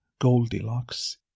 Goldilocks